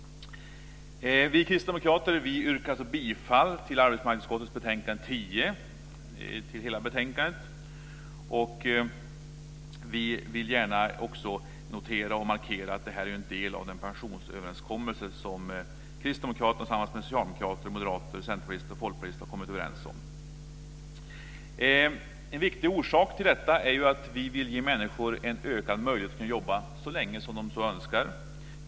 Vi kristdemokrater yrkar bifall till förslaget i dess helhet i arbetsmarknadsutskottets betänkande 10. Vi vill också gärna notera och markera att detta är en del av den pensionsöverenskommelse som kristdemokraterna har kommit överens om tillsammans med socialdemokrater, moderater, centerpartister och folkpartister. En viktig orsak till detta är ju att vi vill ge människor en ökad möjlighet att jobba så länge som de önskar.